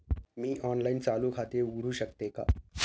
मी online चालू खाते उघडू शकते का?